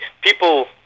people